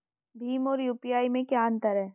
भीम और यू.पी.आई में क्या अंतर है?